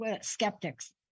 skeptics